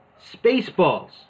Spaceballs